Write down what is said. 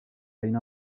une